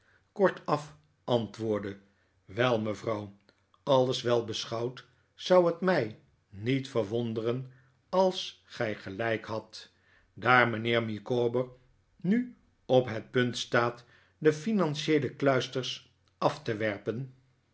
kort-af antwoordde wel mevrouw alles wel beschouwd zou het mij niet verwonderen als gij gelijk hadt daar mijnheer micawber nu op het punt staat de financieele kluisters af te werpen